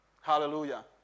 Hallelujah